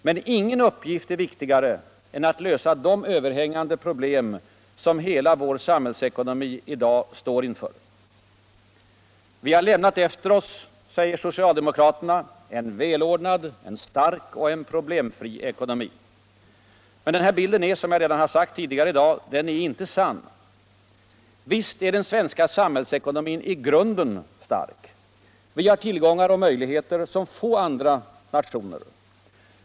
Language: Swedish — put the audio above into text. Men ingen uppgift är viktigare än att lösa de överhängande problem som hela vår samhällsekonomi i dag står inför. Vi har lämnat efter oss, säger soctaldemokraterna. en välordnad. en stark och en problemfri ekonomi. Men den bilden är, som jag sagt redan udigare I dag, inte sann. Visst är den svenska samhällsekonomin i grunden stark. Vi har ullvångar och möjligheter som få andra nationer.